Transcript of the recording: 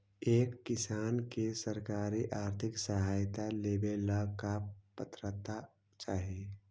एक किसान के सरकारी आर्थिक सहायता लेवेला का पात्रता चाही?